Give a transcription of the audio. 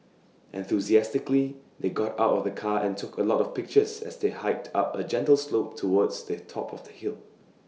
enthusiastically they got out of the car and took A lot of pictures as they hiked up A gentle slope towards the top of the hill